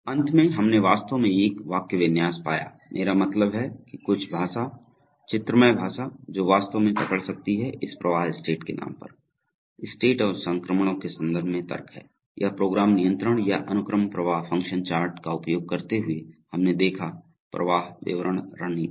अंत में हमने वास्तव में एक वाक्यविन्यास पाया मेरा मतलब है कि कुछ भाषा चित्रमय भाषा जो वास्तव में पकड़ सकती है इस प्रवाह स्टेट के नाम पर स्टेट और संक्रमणों के संदर्भ में तर्क है यह प्रोग्राम नियंत्रण या अनुक्रम प्रवाह फ़ंक्शन चार्ट का उपयोग करते हुए हमने देखा प्रोग्राम प्रवाह विवरण रणनीति है